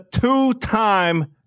two-time